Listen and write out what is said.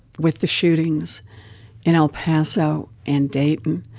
with the shootings in el paso and dayton,